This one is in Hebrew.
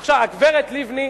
עכשיו, הגברת לבני.